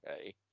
okay